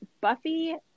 Buffy